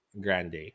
Grande